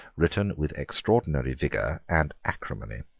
written with extraordinary vigour and acrimony.